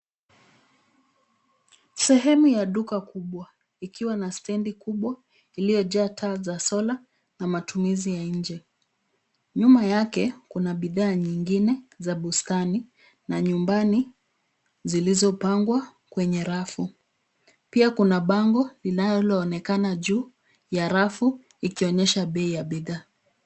Sehemu ya duka kubwa ikiwa na stendi kubwa iliyojaa taa za solar na matumizi ya nje. Nyuma yake kuna bidhaa nyingine za bustani na nyumbani zilizopangwa kwenye rafu. Pia kuna bango linaloonekana juu ya rafu ikionyesha bei ya bidhaa.